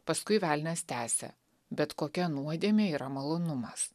paskui velnias tęsia bet kokia nuodėmė yra malonumas